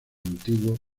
antiguo